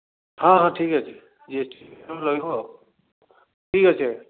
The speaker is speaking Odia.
ହଁ ହଁ ଠିକ୍ ଅଛି ଜିଏସ୍ଟି ବିଲ୍ ରହିବ ଆଉ ଠିକ୍ ଅଛି ଆଜ୍ଞା